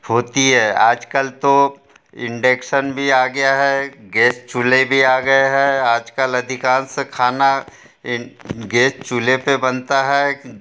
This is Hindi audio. होती है आज कल तो इंडेकशन भी आ गया है गेस चूल्हे भी आ गये हैं आज कल अधिकांश खाना इन गेस चूल्हे पर बनता है